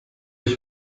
ich